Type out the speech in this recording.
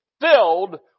filled